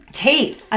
teeth